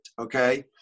okay